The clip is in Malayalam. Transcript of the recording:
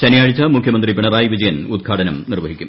ശനിയാഴ്ച മുഖ്യമന്ത്രി പിണറായി വിജയൻ ഉദ്ഘാടനം നിർവഹിക്കും